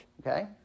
Okay